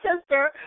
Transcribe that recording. sister